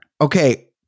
Okay